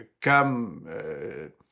come